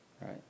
Right